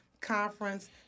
conference